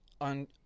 on